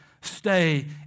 stay